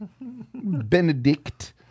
Benedict